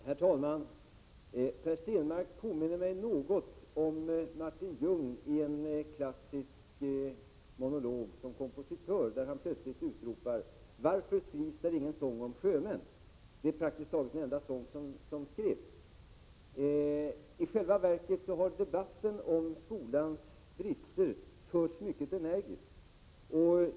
Herr talman! Per Stenmarck påminner något om Martin Ljung i en klassisk monolog, där han som kompositör plötsligt utropar: ”Varför skrivs där ingen sång om sjömän?” , trots alla de sjömanssånger som finns. I själva verket har debatten om skolans brister förts mycket energiskt.